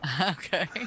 Okay